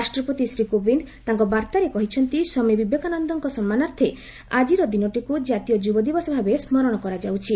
ରାଷ୍ଟ୍ରପତି ଶ୍ରୀ କୋବିନ୍ଦ ତାଙ୍କର ବାର୍ତ୍ତାରେ କହିଛନ୍ତି ସ୍ୱାମୀ ବିବେକାନନ୍ଦଙ୍କ ସମ୍ମାନାର୍ଥେ ଆକିର ଦିନଟିକୁ ଜାତୀୟ ଯୁବ ଦିବସ ଭାବେ ସ୍କରଣ କରାଯାଉଛି